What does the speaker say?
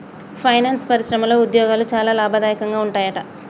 finance పరిశ్రమలో ఉద్యోగాలు చాలా లాభదాయకంగా ఉంటాయట